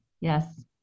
Yes